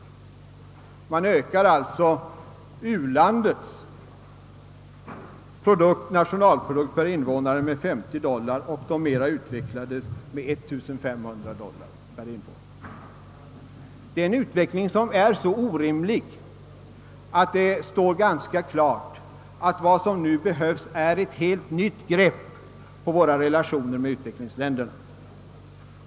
Man ökar alltså u-landets nationalprodukt per invånare med 50 dollar och de mera utvecklade med 1 500 dollar per invånare. Det är en utveckling som är så orimlig, att det står ganska klart att vad som nu behövs är ett helt nytt grepp på våra relationer med uländerna.